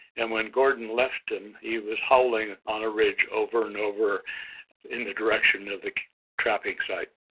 and when gordon left him he was howling on a ridge over and over in the direction of the trapping site.